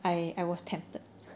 I I was tempted